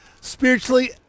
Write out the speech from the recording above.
Spiritually